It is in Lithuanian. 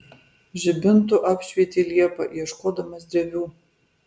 žibintu apšvietė liepą ieškodamas drevių